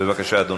בבקשה, אדוני,